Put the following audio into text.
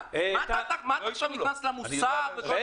שואל.